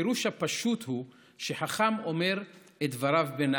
הפירוש הפשוט הוא שחכם אומר את דבריו בנחת,